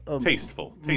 tasteful